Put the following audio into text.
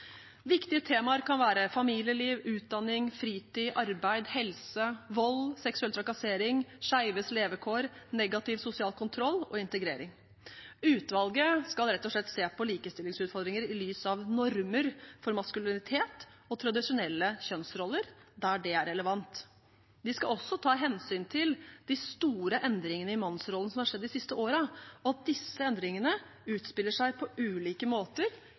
Viktige temaer kan være familieliv, utdanning, fritid, arbeid, helse, vold, seksuell trakassering, skeives levekår, negativ sosial kontroll og integrering. Utvalget skal rett og slett se på likestillingsutfordringer i lys av normer for maskulinitet og tradisjonelle kjønnsroller der det er relevant. De skal også ta hensyn til de store endringene i mannsrollen som har skjedd de siste åra, og disse endringene utspiller seg på ulike måter